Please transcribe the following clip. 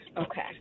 Okay